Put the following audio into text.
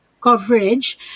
coverage